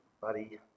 buddy